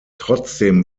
trotzdem